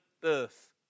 birth